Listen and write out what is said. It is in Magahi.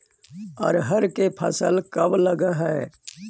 अरहर के फसल कब लग है?